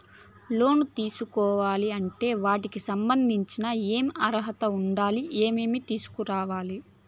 లోను తీసుకోవాలి అంటే వాటికి సంబంధించి ఏమి అర్హత ఉండాలి, ఏమేమి తీసుకురావాలి